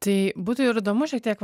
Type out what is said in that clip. tai būtų ir įdomu šiek tiek